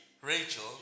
Rachel